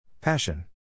Passion